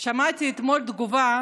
שמעתי אתמול תגובה,